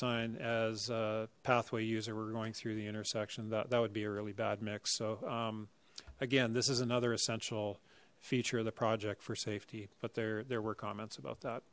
sign as a pathway user were going through the intersection that that would be a really bad mix so um again this is another essential feature of the project for safety but there there were comments about that